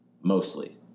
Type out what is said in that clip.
Mostly